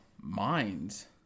minds